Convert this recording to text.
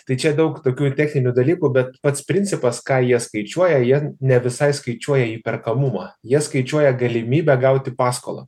tai čia daug tokių techninių dalykų bet pats principas ką jie skaičiuoja jie ne visai skaičiuoja įperkamumą jie skaičiuoja galimybę gauti paskolą